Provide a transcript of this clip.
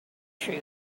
true